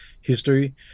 history